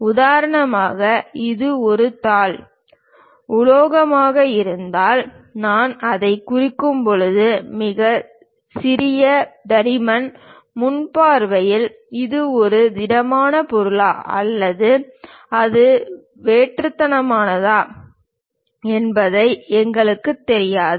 உதாரணமாக இது ஒரு தாள் உலோகமாக இருந்தால் நாம் அதைக் குறிக்கும் போது மிகச் சிறிய தடிமன் முன் பார்வையில் இது ஒரு திடமான பொருளா அல்லது அது வெற்றுத்தனமானதா என்பது எங்களுக்குத் தெரியாது